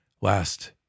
Last